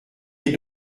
est